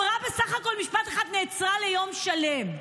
בסך הכול משפט אחד, נעצרה ליום שלם.